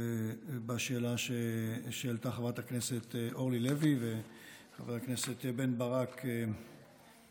בשאלה שהעלתה חברת הכנסת אורלי לוי וחבר הכנסת בן ברק במקביל.